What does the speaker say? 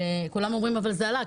כולם אמרו שזה עלה,